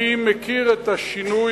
אני מכיר את השינוי,